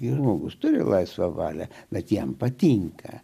ir turi laisvą valią bet jiems patinka